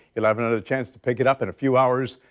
eleven of the chance to pick it up in a few hours.